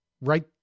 right